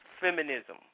Feminism